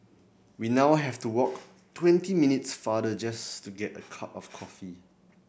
we now have to walk twenty minutes farther just to get a cup of coffee